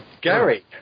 Gary